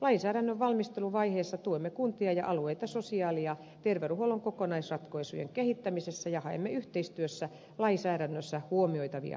lainsäädännön valmisteluvaiheessa tuemme kuntia ja alueita sosiaali ja terveydenhuollon kokonaisratkaisujen kehittämisessä ja haemme yhteistyössä lainsäädännössä huomioitavia tarpeita